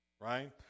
right